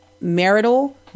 Marital